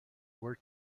were